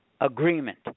agreement